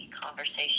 conversation